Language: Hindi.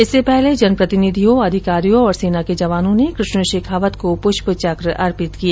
इससे पहले जनप्रतिनिधियों अधिकारियों और सेना के जवानों ने कृष्ण शेखावत को प्रष्पचक्र अर्पित किए